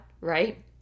right